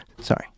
Sorry